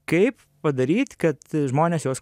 kaip padaryt kad žmonės jos